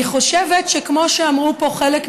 אני חושבת שכמו שאמרו פה חלק מקודמיי: